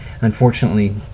unfortunately